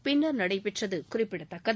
பின்னர் நடைபெற்றது குறிப்பிடத்தக்கது